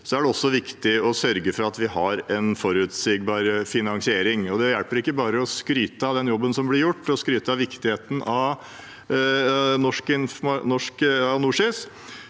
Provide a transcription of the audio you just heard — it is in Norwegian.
er at det er viktig å sørge for at vi har en forutsigbar finansiering. Det hjelper ikke bare å skryte av den jobben som blir gjort, og skryte av viktigheten av NorSIS,